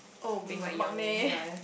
oh maknae